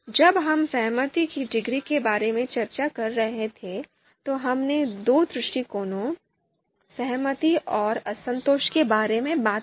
जब हम सहमति की डिग्री के बारे में चर्चा कर रहे थे तो हमने दो दृष्टिकोणों सहमति और असंतोष के बारे में बात की